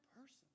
person